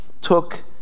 took